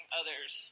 others